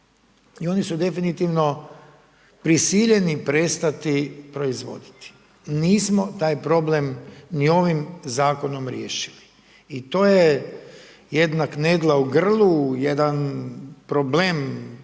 I oni su definitivno prisiljeni prestati proizvoditi. Nismo taj problem ni ovim Zakonom riješili, i to je jedna knedla u grlu, jedan problem